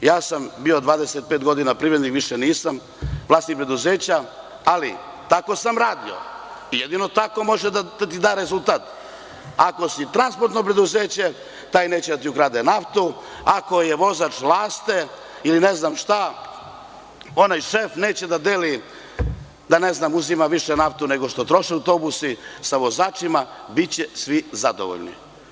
Bio sam 25 godina na privredi, više nisam vlasnik preduzeća, ali tako sam radio i jedino tako može da ti da rezultat, ako si transportno preduzeće taj neće da ti ukrade naftu, ako je vozač „Laste“ ili ne znam šta onaj šef neće da deli da ne znam uzima više naftu nego što troše autobusi sa vozačima biće svi zadovoljni.